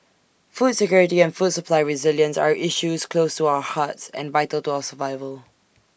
food security and food supply resilience are issues close to our hearts and vital to our survival